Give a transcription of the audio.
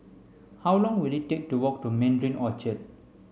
how long will it take to walk to Mandarin Orchard